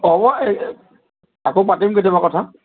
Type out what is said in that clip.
হ'ব এই আকৌ পাতিম কেতিয়াবা কথা